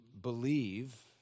believe